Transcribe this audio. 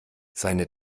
seine